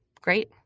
Great